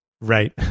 Right